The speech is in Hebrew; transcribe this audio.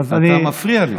אבל אתה מפריע לי.